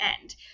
end